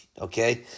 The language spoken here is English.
okay